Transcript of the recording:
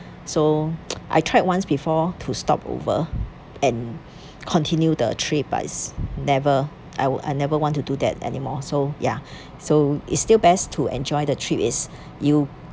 so I tried once before to stop over and continue the trip but it's never I would I never want to do that anymore so ya so it's still best to enjoy the trip if you